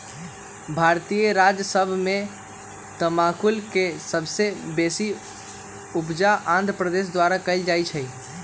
भारतीय राज्य सभ में तमाकुल के सबसे बेशी उपजा आंध्र प्रदेश द्वारा कएल जाइ छइ